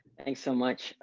thanks so much,